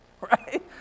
right